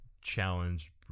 challenge